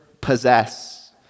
possess